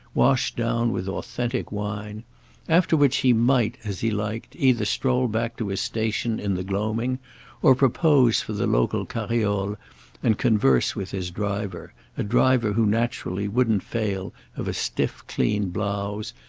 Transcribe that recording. washed down with authentic wine after which he might, as he liked, either stroll back to his station in the gloaming or propose for the local carriole and converse with his driver, a driver who naturally wouldn't fail of a stiff clean blouse,